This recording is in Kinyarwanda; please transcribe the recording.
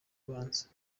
ubanza